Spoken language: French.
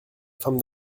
femme